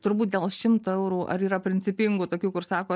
turbūt dėl šimto eurų ar yra principingų tokių kur sako